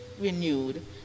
renewed